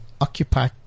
occupy